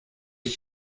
ich